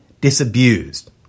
disabused